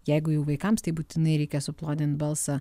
jeigu jau vaikams tai būtinai reikia suplonint balsą